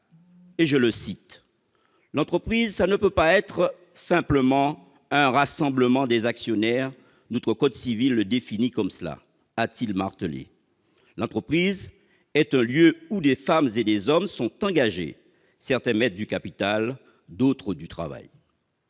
Je le cite :« L'entreprise, ça ne peut pas être simplement un rassemblement des actionnaires, notre code civil le définit comme cela. L'entreprise est un lieu, où des femmes et des hommes sont engagés. Certains mettent du capital, d'autres du travail. »